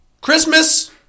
Christmas